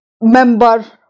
member